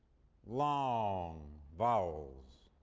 long vowels,